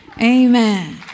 amen